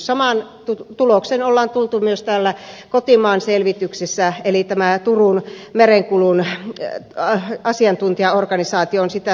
samaan tulokseen on tultu myös täällä kotimaan selvityksissä eli tämä turun merenkulun asiantuntijaorganisaatio on sitä selvittänyt